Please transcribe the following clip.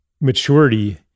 maturity